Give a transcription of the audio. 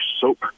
soap